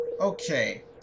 Okay